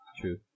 True